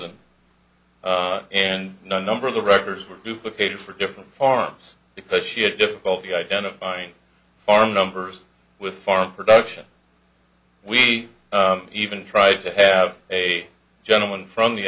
and and no number of the records were duplicated for different farms because she had difficulty identifying farm numbers with farm production we even tried to have a gentleman from the